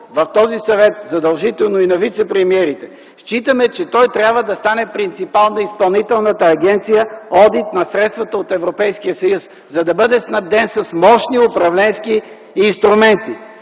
в този съвет задължително и на вицепремиерите. Считаме, че той трябва да стане принципал на Изпълнителната агенция „Одит на средствата от Европейския съюз”, за да бъде снабден с мощни управленски инструменти.